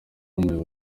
umuyobozi